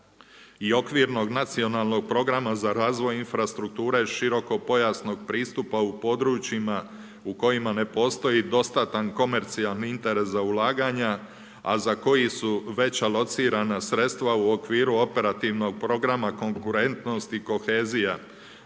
i Okvirnog nacionalnog programa za razvoj infrastrukture širokopojasnog pristupa u područjima u kojima ne postoji dostatan komercijalni interes za ulaganja, a za koji su već alocirana sredstva u okviru Operativnog programa Konkurentnost i kohezija